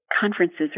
conferences